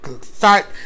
start